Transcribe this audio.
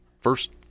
first